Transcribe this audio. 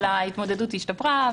אבל ההתמודדות השתפרה,